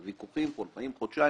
הוויכוחים אורכים חודשיים,